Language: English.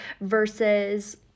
versus